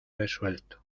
resuelto